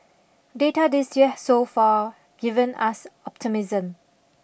data this year has so far given us optimism